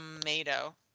tomato